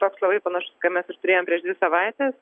toks labai panašus kad mes ir turėjom prieš dvi savaites